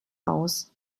aus